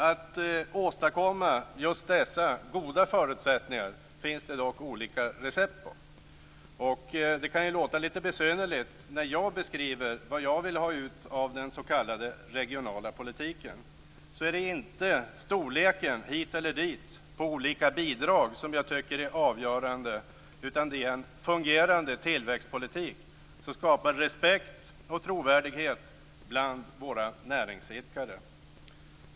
Att åstadkomma just dessa goda förutsättningar finns det dock olika recept på. Det kan ju låta lite besynnerligt. När jag beskriver vad jag vill ha ut av den s.k. regionala politiken så är det inte storleken hit eller dit på olika bidrag som jag tycker är avgörande, utan det är en fungerande tillväxtpolitik som skapar respekt och trovärdighet bland våra näringsidkare.